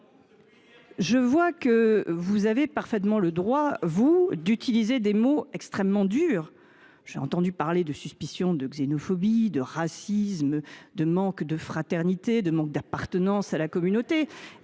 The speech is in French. Je constate que vous avez parfaitement le droit d’utiliser des mots extrêmement durs : j’ai entendu parler de suspicion de xénophobie, de racisme, de manque de fraternité ou d’appartenance à la communauté.